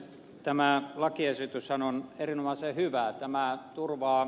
tämä lakiesityshän on erinomaisen hyvä